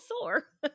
sore